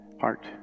heart